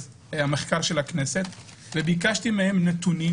המחקר והמידע של הכנסת וביקשתי מהם נתונים